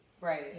Right